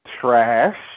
trash